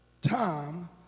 time